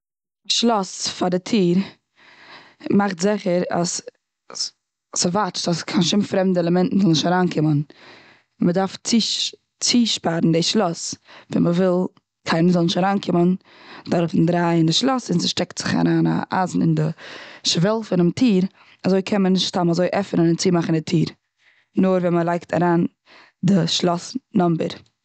שלאס פאר די טיר מאכט זיכער אז ס' סוואטשט אז קיין שום פרעמדע עלעמענטן זאלן נישט אריינקומען. מ'דארף צושפארן די שלאס ווען מ'וויל קיינער זאל נישט אריינקומען. דורכן דרייען די שלאס, און ס'שטעקט זיך אריין א אייזן אין די שוועל פונעם טיר, אזוי קען מען נישט סתם אזוי עפענען און צומאכן די טיר נאר ווען מ'לייגט אריין די שלאס נומבער.